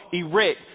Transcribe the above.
erect